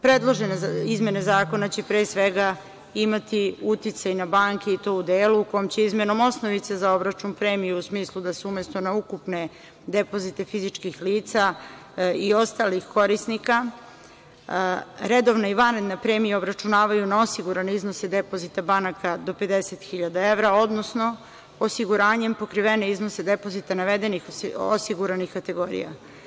Predložene izmene zakona će pre svega imati uticaj na banke i to u delu u kom će izmenom osnovice za obračun premije u smislu da se umesto na ukupne depozite fizičkih lica i ostalih korisnika, redovne i vanredne premije obračunavaju na osigurane iznose depozita banaka do 50 hiljada evra, odnosno osiguranjem pokrivene iznose depozita navedenih osiguranih kategorija.